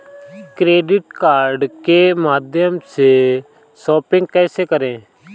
Credit card के माध्यम से शॉपिंग कैसे करें?